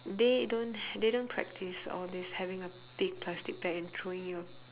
they don't they don't practice all this having a big plastic bag and throwing your